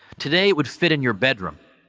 today, it would fit in your bedroom,